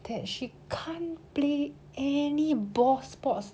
that she can't play any ball sports